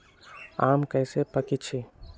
आम कईसे पकईछी?